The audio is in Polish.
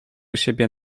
siebie